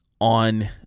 on